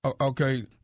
Okay